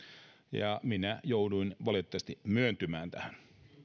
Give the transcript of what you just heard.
minä jouduin valitettavasti myöntymään tähän